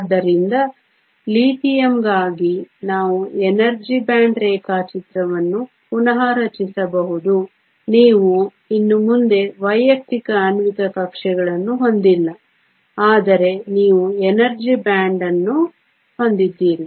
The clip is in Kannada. ಆದ್ದರಿಂದ ಲಿಥಿಯಂಗಾಗಿ ನಾವು ಎನರ್ಜಿ ಬ್ಯಾಂಡ್ ರೇಖಾಚಿತ್ರವನ್ನು ಪುನಃ ರಚಿಸಬಹುದು ನೀವು ಇನ್ನು ಮುಂದೆ ವೈಯಕ್ತಿಕ ಆಣ್ವಿಕ ಕಕ್ಷೆಗಳನ್ನು ಹೊಂದಿಲ್ಲ ಆದರೆ ನೀವು ಎನರ್ಜಿ ಬ್ಯಾಂಡ್ ಅನ್ನು ಹೊಂದಿದ್ದೀರಿ